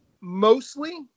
mostly